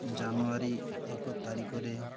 ଜାନୁଆରୀ ଏକ ତାରିଖରେ